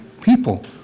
people